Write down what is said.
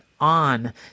on